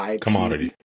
commodity